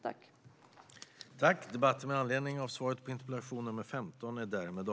Svar på interpellationer